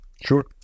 Sure